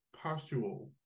postural